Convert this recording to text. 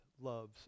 loves